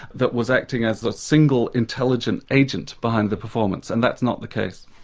that was acting as a single intelligent agent behind the performance. and that's not the case.